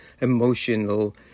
emotional